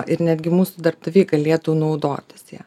ir netgi mūsų darbdaviai galėtų naudotis ja